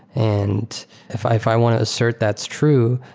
and if i if i want to assert that's true,